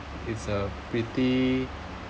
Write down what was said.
it's a pretty